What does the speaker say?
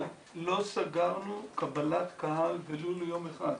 אבל לא סגרנו קבלת קהל ולו ליום אחד.